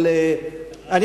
אבל אני,